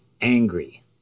angry